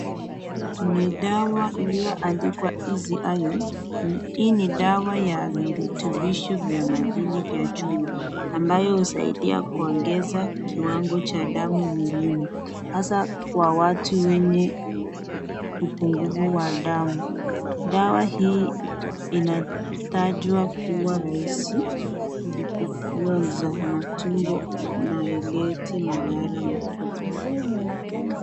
Ni dawa iliyoandikwa 'Easy Iron'. Hii ni dawa ya virutubisho vya madini vya chuma, ambayo husaidia kuogeza kiwango cha damu mwilini, hasa kwa watu wenye upungufu wa damu. Dawa hii inatajwa kuwa rahisi kufyonza na tumbo na haileti madhara makubwa.